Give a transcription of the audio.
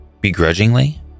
Begrudgingly